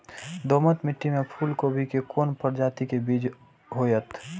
दोमट मिट्टी में फूल गोभी के कोन प्रजाति के बीज होयत?